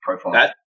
profile